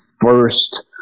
first